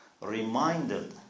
reminded